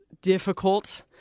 difficult